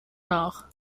nach